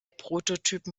prototypen